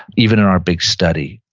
even in our big study.